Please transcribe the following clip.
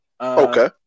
Okay